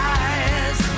eyes